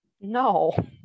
No